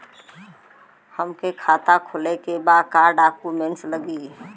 हमके खाता खोले के बा का डॉक्यूमेंट लगी?